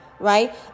right